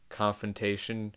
confrontation